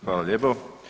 Hvala lijepo.